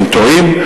טועים,